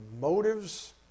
motives